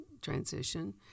transition